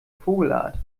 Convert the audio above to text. vogelart